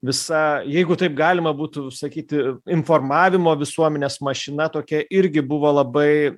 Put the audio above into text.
visa jeigu taip galima būtų sakyti informavimo visuomenės mašina tokia irgi buvo labai